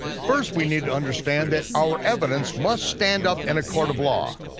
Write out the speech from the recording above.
first we need to understand that our evidence must stand up in a court of law.